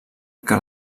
que